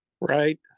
Right